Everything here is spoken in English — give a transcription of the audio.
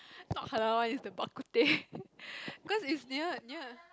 not halal one is the bak-kut-teh because is near near